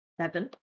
Seven